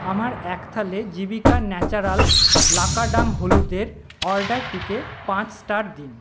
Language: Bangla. আমার এক থলে জিবিকা ন্যাচারাল লাকাডং হলুদের অর্ডারটিকে পাঁচ স্টার দিন